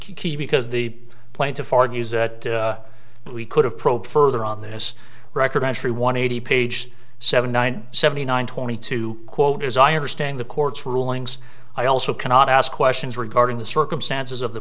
key because the plaintiff argues that we could have probe further on this record entry one eighty page seventy nine seventy nine twenty two quote as i understand the court's rulings i also cannot ask questions regarding the circumstances of the